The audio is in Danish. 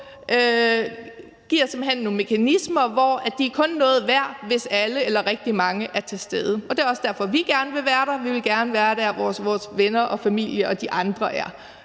giver simpelt hen nogle mekanismer, hvor de kun er noget værd, hvis alle eller rigtig mange er til stede. Det er også derfor, vi gerne vil være der. Vi vil gerne være der, hvor vores venner og familie og de andre er.